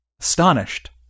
astonished